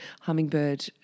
hummingbird